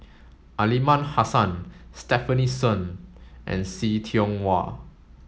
Aliman Hassan Stefanie Sun and See Tiong Wah